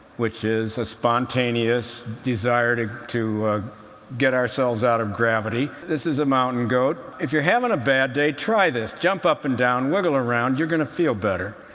which is a spontaneous desire to to get ourselves out of gravity. this is a mountain goat. if you're having a bad day, try this jump up and down, wiggle around you're going to feel better.